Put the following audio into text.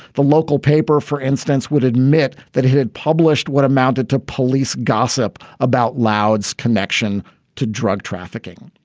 the local paper, for instance, would admit that it had published what amounted to police gossip about louds connection to drug trafficking.